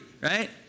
right